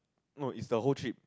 no it's the whole trip